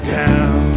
down